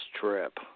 trip